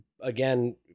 again